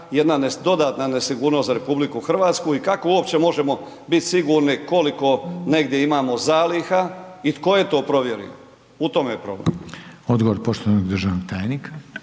jedna dodatna nesigurnost za RH i kako uopće možemo biti sigurni koliko negdje imamo zaliha i tko je to provjerio? U tome je problem.